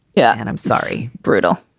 yeah. and i'm sorry. brutal.